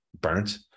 burnt